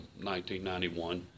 1991